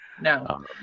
No